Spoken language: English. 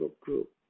group